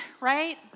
right